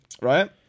Right